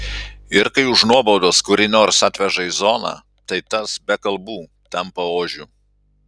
ir kai už nuobaudas kurį nors atveža į zoną tai tas be kalbų tampa ožiu